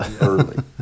early